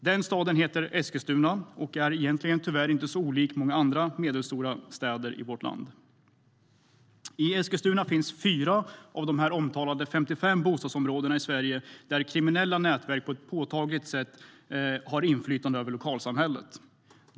Den staden heter Eskilstuna. Egentligen är den tyvärr inte så olik många andra medelstora städer i vårt land. I Eskilstuna finns 4 av de omtalade 55 bostadsområden i Sverige där kriminella nätverk har ett påtagligt inflytande över lokalsamhället.